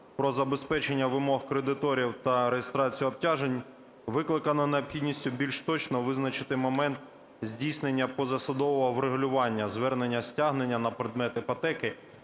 про забезпечення вимог кредиторів, та реєстрацію обтяжень викликано необхідністю більш точно визначити момент здійснення позасудового врегулювання звернення, стягнення на предмет іпотеки